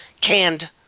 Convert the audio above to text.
canned